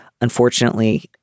unfortunately